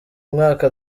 mwaka